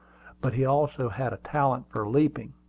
but he also had a talent for leaping.